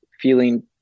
feeling